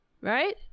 Right